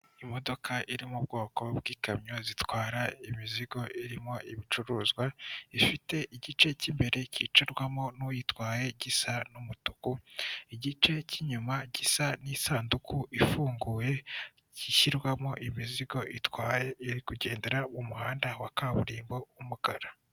Imodoka iri mu bwoko bw'ikamyo zitwara imizigo irimo ibicuruzwa ifite igice cy'imbere cyicarwamo n'uyitwaye gisa n'umutuku igice cy'inyuma gisa n'isanduku ifunguye gishyirwamo imizigo itwaye iri kugendera mu muhanda wa kaburimbo w'umukara.